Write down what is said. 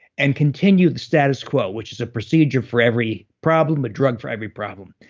and continue the status quo, which is a procedure for every problem, a drug for every problem.